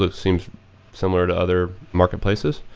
ah seems similar to other marketplaces.